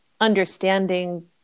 understanding